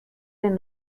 den